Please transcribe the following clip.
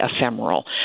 ephemeral